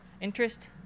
interest